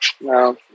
no